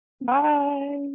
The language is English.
Bye